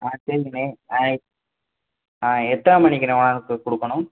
ஆ சரிங்கணே ஆ ஆ எத்தனை மணிக்குணே வா கு கொடுக்கணும்